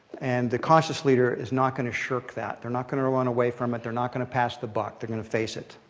and the cautious leader is not going to shirk that. they're not going to run away from it. they're not going to pass the buck. they're going to face it.